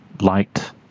liked